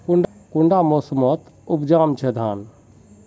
कुंडा मोसमोत उपजाम छै धान?